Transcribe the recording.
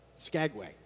Skagway